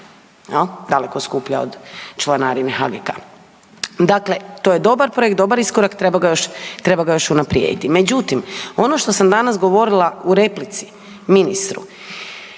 daleko skuplja od članarine HGK. Dakle, to je dobar projekt, dobar iskorak, treba ga još, treba ga još unaprijediti. Međutim, ono što sam danas govorila u replici ministru,